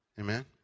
Amen